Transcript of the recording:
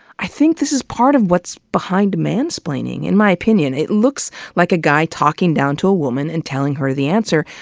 i think this is part of what's behind mansplaining, in my opinion. it looks like a guy talking down to a woman and telling her the answer,